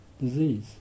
disease